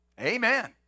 Amen